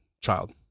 child